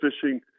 fishing